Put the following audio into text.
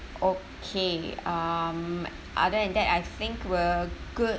okay um other than that I think we're good